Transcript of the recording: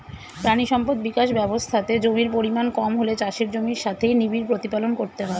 প্রাণী সম্পদ বিকাশ ব্যবস্থাতে জমির পরিমাণ কম হলে চাষের জমির সাথেই নিবিড় প্রতিপালন করতে হয়